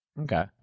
Okay